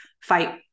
fight